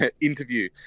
interview